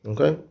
Okay